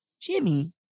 Jimmy